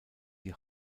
die